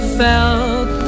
felt